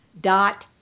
dot